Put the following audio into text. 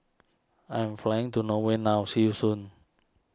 I am flying to Norway now see you soon